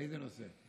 באיזה נושא?